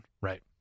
right